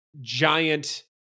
giant